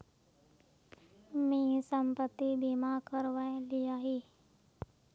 मी संपत्ति बीमा करवाए लियाही